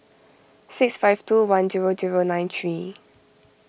six five two one zero zero nine three